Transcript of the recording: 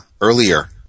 earlier